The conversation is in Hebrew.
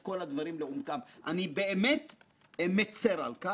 אילולא הייעוץ המשפטי,